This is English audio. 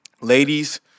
Ladies